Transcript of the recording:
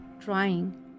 trying